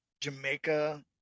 Jamaica